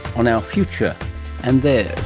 on our future and theirs.